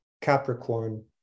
Capricorn